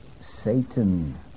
Satan